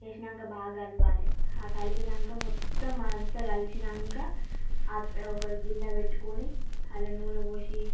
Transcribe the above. వేసినాక బాగా కలపాలి ఆ కలిపినాక మొత్తం అదంతా కలిసినాక ఒకటి గిన్నె పెట్టుకొని అలా నూనె పోసి